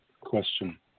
question